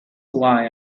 why